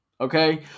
okay